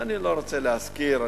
ואני לא רוצה להזכיר,